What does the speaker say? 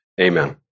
Amen